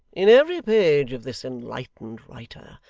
in every page of this enlightened writer,